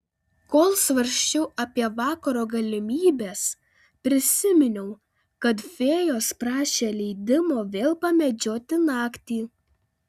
kol svarsčiau apie vakaro galimybes prisiminiau kad fėjos prašė leidimo vėl pamedžioti naktį